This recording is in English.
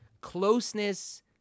closeness